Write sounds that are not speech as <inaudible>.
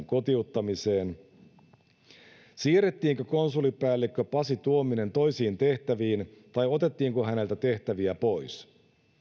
<unintelligible> kotiuttamiseen siirrettiinkö konsulipäällikkö pasi tuominen toisiin tehtäviin tai otettiinko häneltä tehtäviä pois